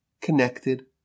connected